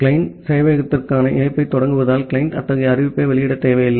client சேவையகத்திற்கான இணைப்பைத் தொடங்குவதால் கிளையன்ட் அத்தகைய அறிவிப்பை வெளியிடத் தேவையில்லை